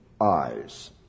eyes